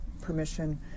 permission